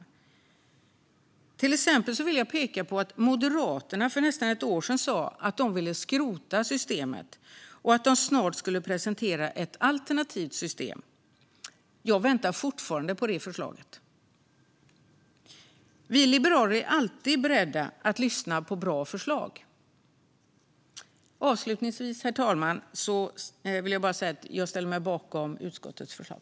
Jag vill till exempel peka på att Moderaterna för nästan ett år sedan sa att de ville skrota systemet och att de snart skulle presentera ett alternativt system. Jag väntar fortfarande på det förslaget. Vi liberaler är alltid beredda att lyssna på bra förslag. Herr talman! Avslutningsvis ställer jag mig bakom utskottets förslag.